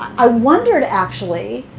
i wondered, actually,